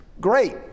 great